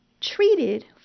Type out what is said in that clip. treated